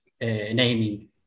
naming